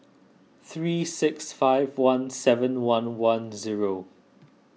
three six five one seven one one zero